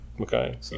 Okay